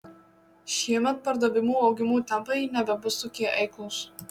šiemet pardavimų augimo tempai nebebus tokie eiklūs